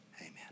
Amen